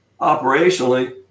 operationally